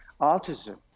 autism